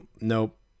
Nope